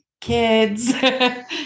kids